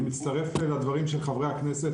אני מצטרף לדברים של חברי הכנסת,